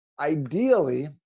ideally